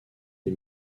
des